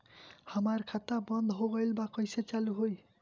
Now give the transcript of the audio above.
हमार खाता बंद हो गइल बा कइसे चालू होई?